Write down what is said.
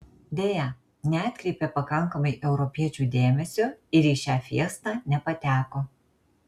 deja neatkreipė pakankamai europiečių dėmesio ir į šią fiestą nepateko